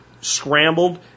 scrambled